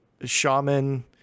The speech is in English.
shaman